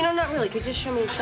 not really. can you show me